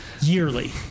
yearly